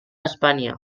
espanya